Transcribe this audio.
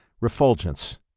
refulgence